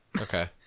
Okay